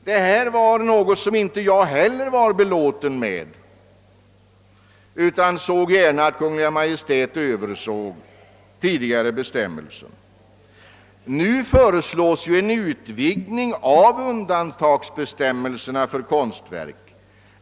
Denna bestämmelse var inte heller jag belåten med utan ville gärna att Kungl. Maj:t såg över den. Nu föreslås ju en utvidgning av undantagsbestämmelserna för konstverk.